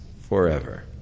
forever